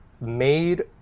made